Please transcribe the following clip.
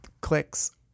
clicks